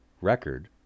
record